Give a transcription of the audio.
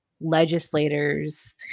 legislators